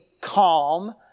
calm